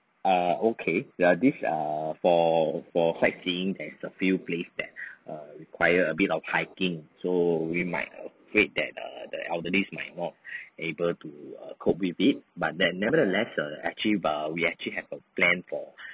err okay the this err for for sightseeing there's a few place that err require a bit of hiking so we might afraid that err the elderlies might not able to err cope with it but that nevertheless err actually err we actually have a plan for